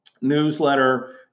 newsletter